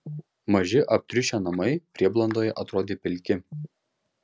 maži aptriušę namai prieblandoje atrodė pilki